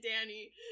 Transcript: danny